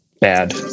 bad